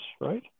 right